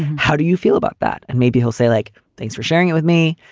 how do you feel about that and maybe he'll say like, thanks for sharing it with me.